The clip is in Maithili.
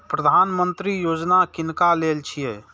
प्रधानमंत्री यौजना किनका लेल छिए?